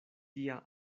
tia